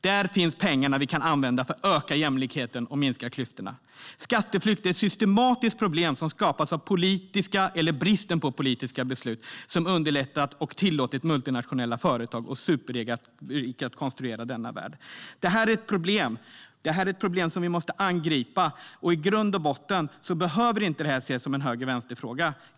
Där finns pengarna vi kan använda för att öka jämlikheten och minska klyftorna. Skatteflykt är ett systematiskt problem som skapats av politiska beslut eller bristen på politiska beslut som underlättat och tillåtit multinationella företag och superrika att konstruera denna värld. Det här är ett problem som vi måste angripa, och det behöver inte ses som en höger-vänster-fråga.